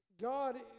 God